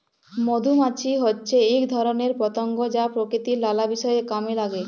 মধুমাছি হচ্যে এক ধরণের পতঙ্গ যা প্রকৃতির লালা বিষয় কামে লাগে